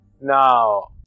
now